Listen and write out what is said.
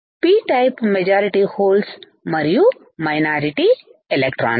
p type majority holes మరియు minority ఎలక్ట్రాన్లు